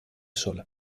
sola